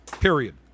Period